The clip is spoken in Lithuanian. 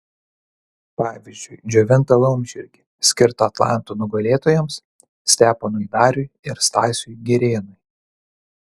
pavyzdžiui džiovintą laumžirgį skirtą atlanto nugalėtojams steponui dariui ir stasiui girėnui